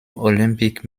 olympic